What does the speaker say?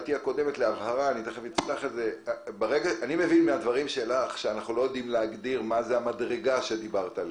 אני מבין מהדברים שלך שאנחנו לא יודעים להגדיר מהי המדרגה שדיברת עליה.